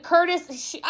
Curtis